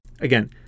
Again